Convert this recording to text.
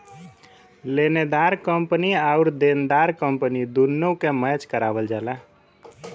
लेनेदार कंपनी आउर देनदार कंपनी दुन्नो के मैच करावल जाला